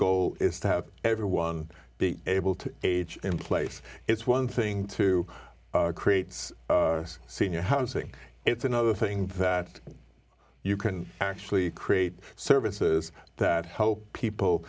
goal is to have everyone be able to age in place it's one thing to create senior housing it's another thing that you can actually create services that hope people